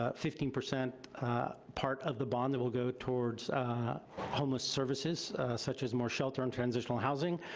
ah fifteen percent part of the bond that will go towards homeless services such as more shelter and transitional housing,